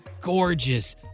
gorgeous